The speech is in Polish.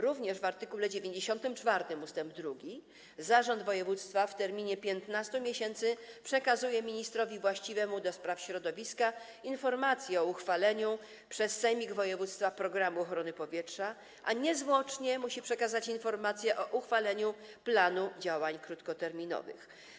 Również w art. 94 ust. 2 zarząd województwa w terminie 15 miesięcy przekazuje ministrowi właściwemu do spraw środowiska informację o uchwaleniu przez sejmik województwa programu ochrony powietrza, a niezwłocznie musi przekazać informacje o uchwaleniu planu działań krótkoterminowych.